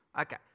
Okay